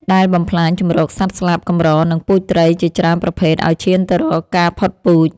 ដែលបំផ្លាញជម្រកសត្វស្លាបកម្រ និងពូជត្រីជាច្រើនប្រភេទឱ្យឈានទៅរកការផុតពូជ។